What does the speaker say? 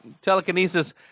telekinesis